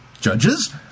judges